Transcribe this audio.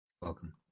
Welcome